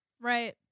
right